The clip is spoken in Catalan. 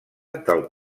del